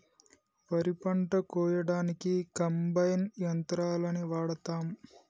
వరి పంట కోయడానికి కంబైన్ యంత్రాలని వాడతాం